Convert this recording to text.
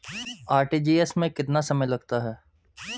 RTGS में कितना समय लगता है?